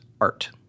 art